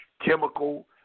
chemical